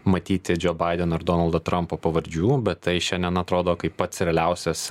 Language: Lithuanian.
matyti džo baideno ar donaldo trampo pavardžių bet tai šiandien atrodo kaip pats realiausias